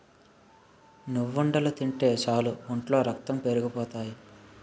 నువ్వుండలు తింటే సాలు ఒంట్లో రక్తం పెరిగిపోతాయి